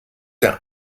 der